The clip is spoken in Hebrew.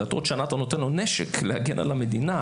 בעוד שנה אתה נותן לו נשק להגן על המדינה.